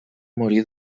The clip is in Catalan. morir